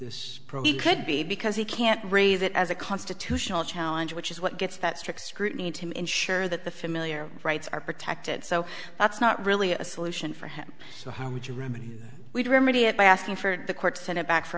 this probably could be because he can't raise it as a constitutional challenge which is what gets that strict scrutiny to ensure that the familiar rights are protected so that's not really a solution for him so how would you remedy we'd remedy it by asking for the court to send it back for